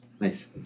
Nice